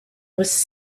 was